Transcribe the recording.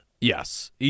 yes